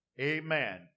Amen